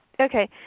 Okay